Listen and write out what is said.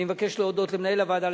אני מבקש להודות למנהל הוועדה,